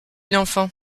l’enfant